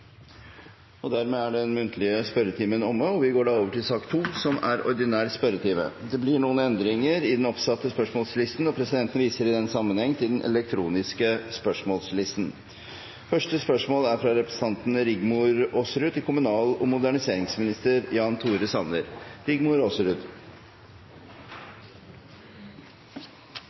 Dermed er den muntlige spørretimen over, og vi går videre til den ordinære spørretimen. Det blir noen endringer i den oppsatte spørsmålslisten, og presidenten viser i den sammenheng til den elektroniske spørsmålslisten. De foreslåtte endringene i dagens spørretime foreslås godkjent. – Det anses vedtatt. Endringene var som følger: Spørsmål 2, fra representanten Ingunn Gjerstad til klima- og